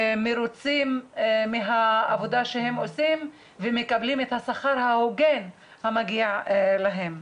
מרוצים מהעבודה שהם עושים ומקבלים את השכר ההוגן המגיע להם.